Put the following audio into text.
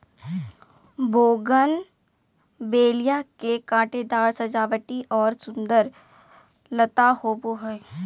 bougainvillea के कांटेदार सजावटी और सुंदर लता होबा हइ